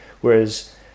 Whereas